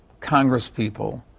congresspeople